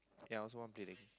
eh I also want play